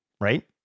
right